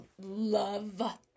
love